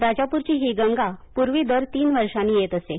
राजाप्रची ही गंगा पूर्वी दर तीन वर्षांनी येत असे